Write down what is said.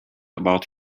about